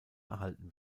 erhalten